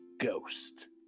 ghost